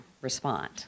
respond